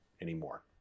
anymore